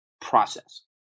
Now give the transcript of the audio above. process